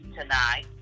tonight